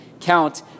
count